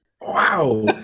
Wow